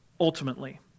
ultimately